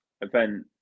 event